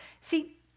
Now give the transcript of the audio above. See